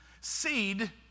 Seed